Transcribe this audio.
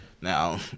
Now